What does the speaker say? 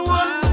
one